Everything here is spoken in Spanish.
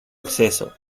acceso